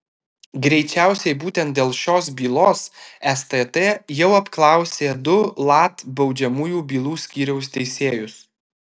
greičiausiai būtent dėl šios bylos stt jau apklausė du lat baudžiamųjų bylų skyriaus teisėjus